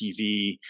TV